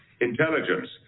intelligence